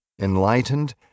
enlightened